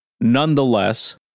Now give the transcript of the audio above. Nonetheless